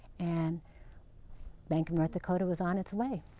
and bank of north dakota was on its way.